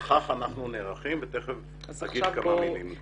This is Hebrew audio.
ולכך אנחנו נערכים ותכף אומר על זה כמה מילים.